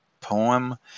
poem